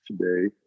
today